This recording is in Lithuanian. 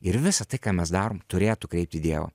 ir visa tai ką mes darom turėtų kreipt į dievą